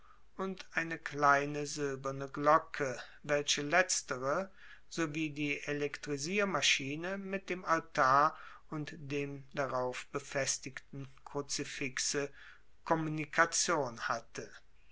und eine kleine silberne glocke welche letztere so wie die elektrisiermaschine mit dem altar und dem darauf befestigten kruzifixe kommunikation hatte